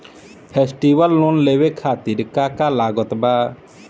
Festival loan लेवे खातिर का का लागत बा?